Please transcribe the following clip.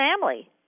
family